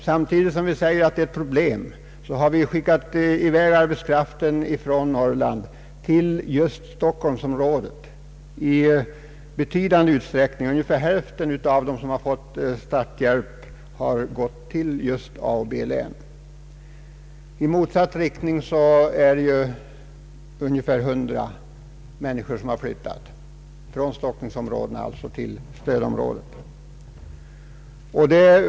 Samtidigt som vi medger att detta är ett problem har vi med statens hjälp sänt arbetskraft från Norrland till Stockholmsområdet. Ungefär hälften av dem som har fått statlig hjälp har gått just till AB-länet. Endast ungefär 100 människor har flyttat i motsatt riktning, således från stockningsområdena till stödområdet.